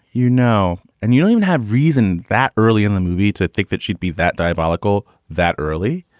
you know and you even have reason that early in the movie to think that she'd be that diabolical that early.